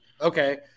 okay